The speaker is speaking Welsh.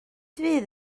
fydd